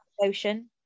ocean